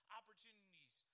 opportunities